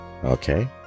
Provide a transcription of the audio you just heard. Okay